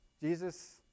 Jesus